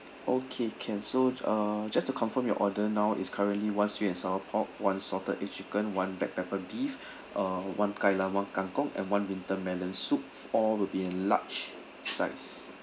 okay can so uh just to confirm your order now is currently one sweet and sour pork one salted egg chicken one black pepper beef uh one kai lan kangkong and one winter melon soup all will be in large size